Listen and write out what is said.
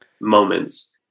moments